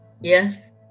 yes